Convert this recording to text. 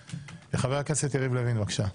חבר הכנסת יריב לוין, בבקשה.